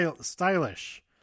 stylish